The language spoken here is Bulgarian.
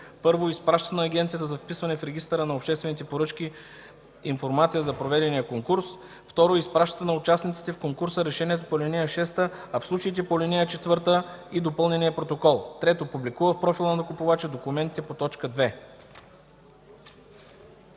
1. изпраща на агенцията за вписване в Регистъра на обществените поръчки информация за проведения конкурс; 2. изпраща на участниците в конкурса решението по ал. 6, а в случаите по ал. 4 – и допълнения протокол; 3. публикува в профила на купувача документите по т. 2.”